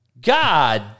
God